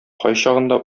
кайчагында